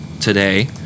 today